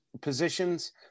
positions